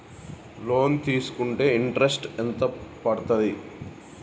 Loan తీస్కుంటే interest ఎంత పడ్తది?